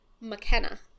McKenna